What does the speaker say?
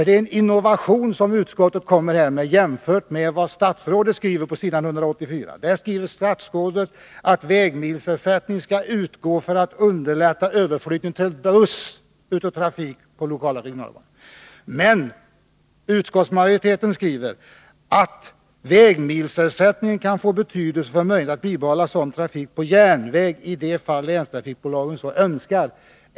Det är en innovation som utskottet kommer med, jämfört med vad statsrådet skriver längre ner på s. 184. Där står att vägmilsersättning skall utgå för att underlätta överflyttning till buss av trafik i lokala och regionala tåg. Men utskottsmajoriteten skriver att vägmilsersättningen kan få betydelse för möjligheterna att bibehålla sådan trafik på järnväg i de fall länstrafikbolagen så önskar.